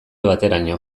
bateraino